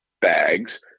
bags